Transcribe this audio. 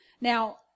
Now